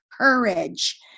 courage